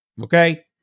Okay